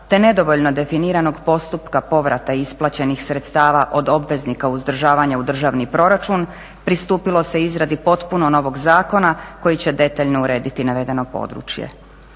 te nedovoljno definiranog postupka povrata isplaćenih sredstava od obveznika uzdržavanju u državni proračun pristupilo se izradi potpuno novog zakona koji će detaljno urediti navedeno područje.